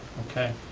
okay.